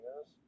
Yes